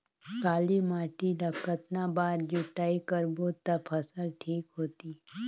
काली माटी ला कतना बार जुताई करबो ता फसल ठीक होती?